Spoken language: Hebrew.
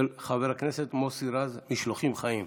חבר הכנסת מוסי רז: משלוחים חיים,